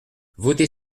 voter